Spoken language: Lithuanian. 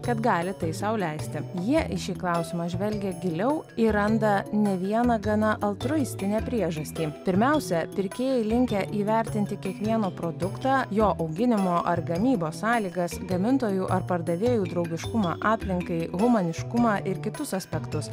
kad gali tai sau leisti jie į šį klausimą žvelgia giliau ir randa ne vieną gana altruistinę priežastį pirmiausia pirkėjai linkę įvertinti kiekvieną produktą jo auginimo ar gamybos sąlygas gamintojų ar pardavėjų draugiškumą aplinkai humaniškumą ir kitus aspektus